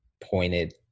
pointed